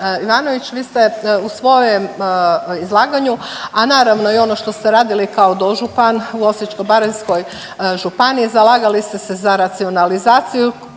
Ivanović vi ste u svojem izlaganju, a naravno i ono što ste radili kao dožupan u Osječko-baranjskoj županiji zalagali ste se za racionalizaciju.